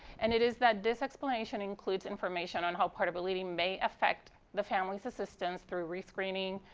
and it is that this explanation includes information on how portability may affect the family's assistance through rescreening,